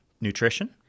nutrition